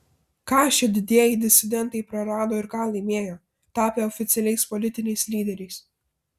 ką šie didieji disidentai prarado ir ką laimėjo tapę oficialiais politiniais lyderiais